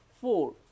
four